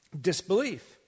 Disbelief